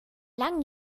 langen